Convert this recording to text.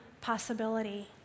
possibility